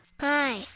Hi